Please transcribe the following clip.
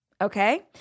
okay